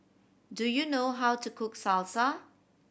do you know how to cook Salsa